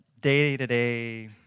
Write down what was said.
day-to-day